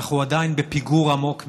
אנחנו עדיין בפיגור עמוק מאוד.